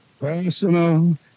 personal